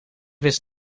wist